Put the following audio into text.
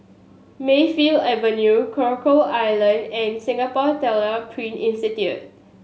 Mayfield Avenue Coral Island and Singapore Tyler Print Institute